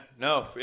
no